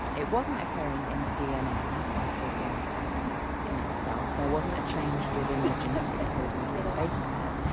it wasn't occurring in the dna of the grandparents in itself, there wasn't a change within the genetic coding of these base pairs.